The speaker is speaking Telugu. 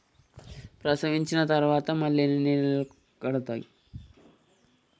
ప్రసవించిన తర్వాత మళ్ళీ ఎన్ని నెలలకు కడతాయి?